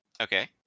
Okay